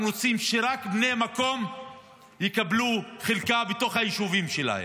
רוצים שרק בני המקום יקבלו חלקה בתוך היישובים שלהם.